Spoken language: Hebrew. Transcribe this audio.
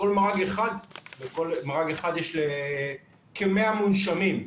בכל מרכז רפואי גריאטרי יש כ-100 מונשמים.